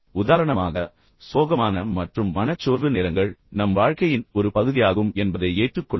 உதாரணமாக சோகமான மற்றும் மனச்சோர்வு நேரங்கள் நம் வாழ்க்கையின் ஒரு பகுதியாகும் என்பதை ஏற்றுக்கொள்வது